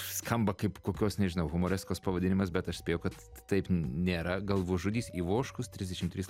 skamba kaip kokios nežinau humoreskos pavadinimas bet aš spėju kad taip nėra galvažudys ivoškus trisdešimt trys